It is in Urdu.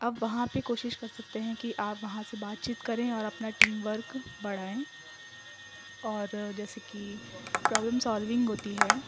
اب وہاں پہ کوشش کر سکتے ہیں کہ آپ وہاں سے بات چیت کریں اور اپنا ٹیم ورک بڑھائیں اور جیسے کہ پرابلم سالونگ ہوتی ہے